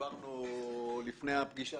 ודיברנו לפני הפגישה,